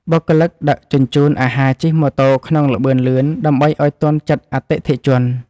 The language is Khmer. បុគ្គលិកដឹកជញ្ជូនអាហារជិះម៉ូតូក្នុងល្បឿនលឿនដើម្បីឱ្យទាន់ចិត្តអតិថិជន។